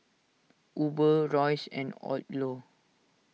Uber Royce and Odlo